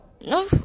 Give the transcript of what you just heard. no